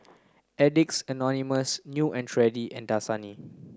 Addicts Anonymous New and Trendy and Dasani